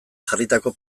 jarritako